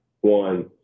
one